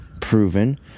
proven